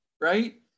right